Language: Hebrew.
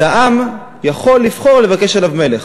אז העם יכול לבחור לבקש לשים עליו מלך.